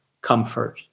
comfort